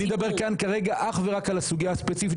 אני מדבר כאן כרגע אך ורק על הסוגיה הספציפית